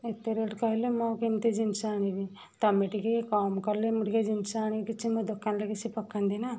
ଏତେ ରେଟ କହିଲେ ମୁଁ କେମିତି ଜିନିଷ ଆଣିବି ତମେ ଟିକିଏ କମ କଲେ ମୁଁ ଟିକିଏ ଜିନିଷ ଆଣିକି କିଛି ମୋ ଦୋକାନରେ କିଛି ପକାନ୍ତି ନାଁ